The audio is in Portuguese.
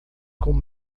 com